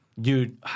Dude